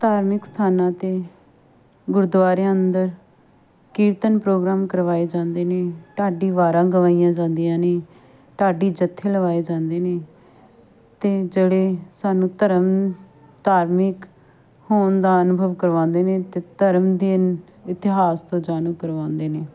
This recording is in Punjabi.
ਧਾਰਮਿਕ ਸਥਾਨਾਂ 'ਤੇ ਗੁਰਦੁਆਰਿਆਂ ਅੰਦਰ ਕੀਰਤਨ ਪ੍ਰੋਗਰਾਮ ਕਰਵਾਏ ਜਾਂਦੇ ਨੇ ਢਾਡੀ ਵਾਰਾਂ ਗਵਾਈਆਂ ਜਾਂਦੀਆਂ ਨੇ ਢਾਡੀ ਜੱਥੇ ਲਵਾਏ ਜਾਂਦੇ ਨੇ ਅਤੇ ਜਿਹੜੇ ਸਾਨੂੰ ਧਰਮ ਧਾਰਮਿਕ ਹੋਣ ਦਾ ਅਨੁਭਵ ਕਰਵਾਉਂਦੇ ਨੇ ਅਤੇ ਧਰਮ ਦੇ ਇਤਿਹਾਸ ਤੋਂ ਜਾਣੂ ਕਰਵਾਉਂਦੇ ਨੇ